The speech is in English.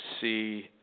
see